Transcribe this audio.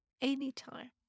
anytime